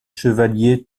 chevaliers